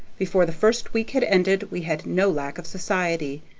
before the first week had ended we had no lack of society.